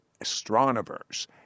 astronomers